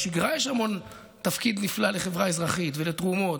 בשגרה יש תפקיד נפלא לחברה האזרחית ולתרומות,